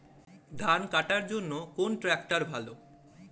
ধান কাটার জন্য কোন ট্রাক্টর ভালো?